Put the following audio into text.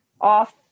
off